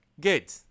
Good